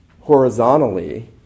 Horizontally